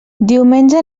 diumenge